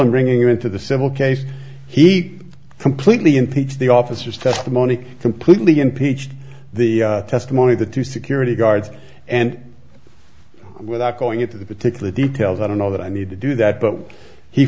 in bringing him into the civil case he completely impeached the officers testimony completely impeached the testimony of the two security guards and without going into the particular details i don't know that i need to do that but he